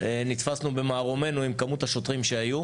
נתפסנו במערומינו עם כמות השוטרים שהיו.